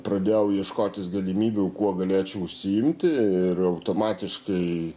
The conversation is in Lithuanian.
pradėjau ieškotis galimybių kuo galėčiau užsiimti ir automatiškai